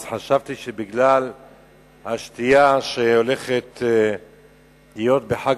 אז חשבתי שבגלל השתייה שהולכת להיות בחג